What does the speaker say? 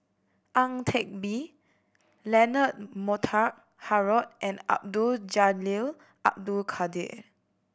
Ang Teck Bee Leonard Montague Harrod and Abdul Jalil Abdul Kadir